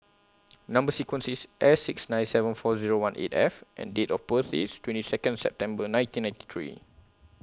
Number sequence IS S six nine seven four Zero one eight F and Date of birth IS twenty Second September nineteen ninety three